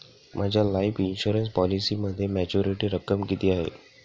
माझ्या life insurance पॉलिसीमध्ये maturity रक्कम किती आहे?